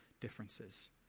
differences